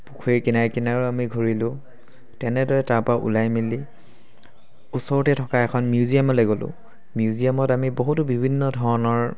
পুখুৰীৰ কিনাৰে কিনাৰেও আমি ঘূৰিলোঁ তেনেদৰে তাৰ পৰা ওলাই মেলি ওচৰতে থকা এখন মিউজিয়ামলৈ গ'লোঁ মিউজিয়ামত আমি বহুতো বিভিন্ন ধৰণৰ